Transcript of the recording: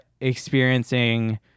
experiencing